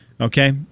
Okay